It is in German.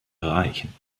erreichen